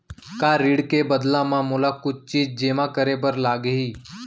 का ऋण के बदला म मोला कुछ चीज जेमा करे बर लागही?